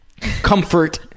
comfort